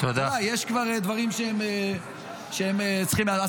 יש דברים שהם כבר צריכים --- תודה.